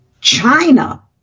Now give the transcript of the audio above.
China